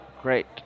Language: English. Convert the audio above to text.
great